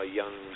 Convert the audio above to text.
young